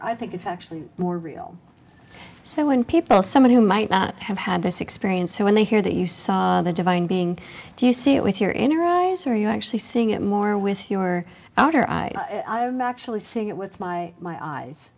i think it's actually more real so when people someone who might not have had this experience who when they hear that you saw the divine being do you see it with your inner eyes or you're actually seeing it more with your outer eyes i am actually seeing it with my my eyes